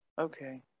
Okay